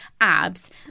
abs